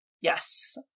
Yes